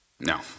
No